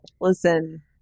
Listen